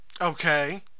Okay